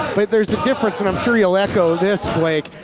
but there's a difference, and i'm sure you'll echo this, blake,